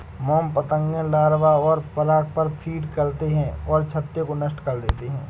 मोम पतंगे लार्वा और पराग पर फ़ीड करते हैं और छत्ते को नष्ट कर देते हैं